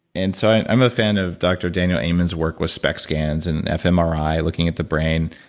and so i'm a fan of dr. daniel amen's work with spect scans and fmri looking at the brain.